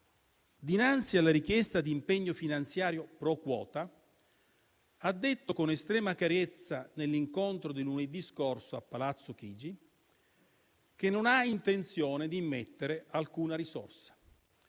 dinanzi alla richiesta di impegno finanziario *pro quota*, ha detto con estrema chiarezza, nell'incontro di lunedì scorso a Palazzo Chigi, che non ha intenzione di immettere alcuna risorsa,